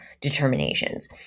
determinations